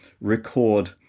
record